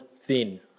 thin